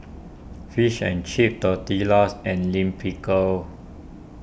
Fish and Chips Tortillas and Lime Pickle